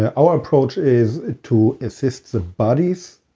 and our approach is to assist the bodies